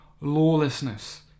lawlessness